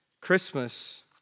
Christmas